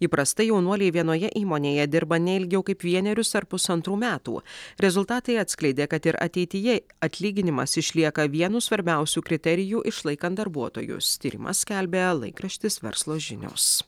įprastai jaunuoliai vienoje įmonėje dirba ne ilgiau kaip vienerius ar pusantrų metų rezultatai atskleidė kad ir ateityje atlyginimas išlieka vienu svarbiausių kriterijų išlaikant darbuotojus tyrimą skelbia laikraštis verslo žinios